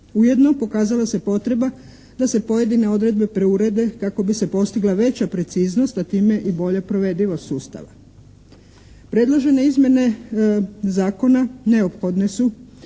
Ujedno pokazala se potreba da se pojedine odredbe preurede kako bi se postigla veća preciznost a time i bolja provedivost sustava. Predložene izmjene zakona neophodne su